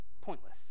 pointless